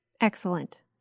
Excellent